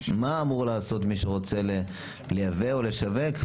מה אמור לעשות מי שרוצה לייבא או לשווק,